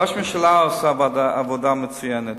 ראש הממשלה עושה עבודה מצוינת.